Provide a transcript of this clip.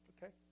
Okay